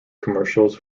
commercials